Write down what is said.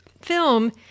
film